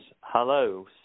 Hello